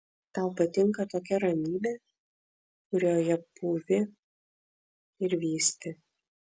tau patinka tokia ramybė kurioje pūvi ir vysti